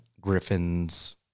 Griffin's